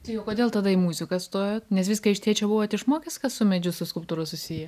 tai o kodėl tada į muziką stojot nes viską iš tėčio buvot išmokęs kas su medžiu su skulptūra susiję